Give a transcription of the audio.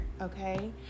Okay